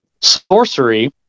Sorcery